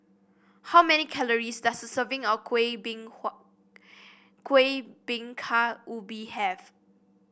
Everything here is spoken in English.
how many calories does a serving of kuih Kuih Bingka Ubi have